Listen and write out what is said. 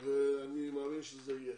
ואני מאמין שזה יהיה.